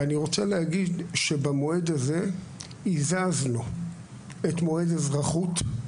במועד הזה הזזנו את מועד אזרחות,